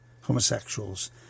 homosexuals